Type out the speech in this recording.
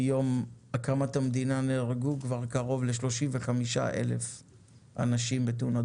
מיום הקמת המדינה נהרגו כבר קרוב ל-35,000 אנשים בתאונות